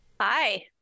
Hi